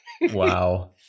Wow